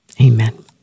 Amen